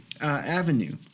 avenue